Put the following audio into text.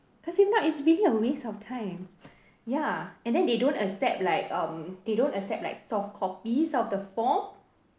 cause if not it's really a waste of time ya and then they don't accept like um they don't accept like soft copies of the form